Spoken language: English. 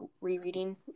rereading